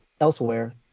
elsewhere